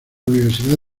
universidad